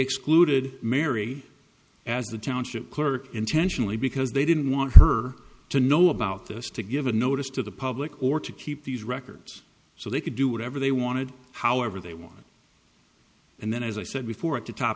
excluded mary as the township clerk intentionally because they didn't want her to know about this to give a notice to the public or to keep these records so they could do whatever they wanted however they want and then as i said before to top